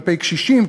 כלפי קשישים,